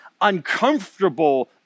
uncomfortable